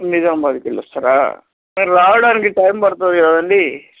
నిజాంబాద్ కెళ్ళిస్తారా రావడానికి టైం పడుతుంది కదండీ